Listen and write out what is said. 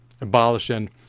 abolishing